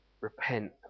repent